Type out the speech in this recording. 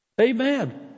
Amen